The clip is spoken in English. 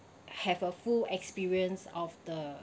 have a full experience of the